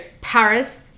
Paris